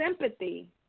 sympathy